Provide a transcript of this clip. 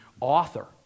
author